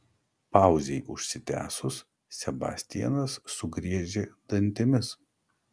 pauzei užsitęsus sebastianas sugriežė dantimis